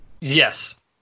yes